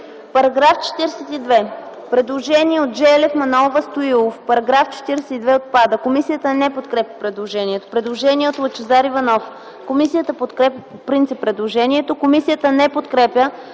По § 42 има предложение от Желев, Манолова, Стоилов -§ 42 отпада. Комисията не подкрепя предложението. Предложение от Лъчезар Иванов – комисията подкрепя по принцип предложението. Комисията не подкрепя